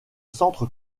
centre